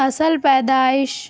اصل پیدائش